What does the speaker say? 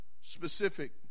specific